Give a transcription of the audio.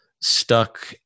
stuck